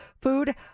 food